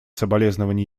соболезнования